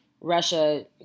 Russia